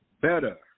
better